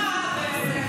קשר.